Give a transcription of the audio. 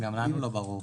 גם לנו לא ברור.